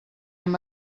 amb